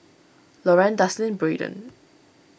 Loran Dustin Braiden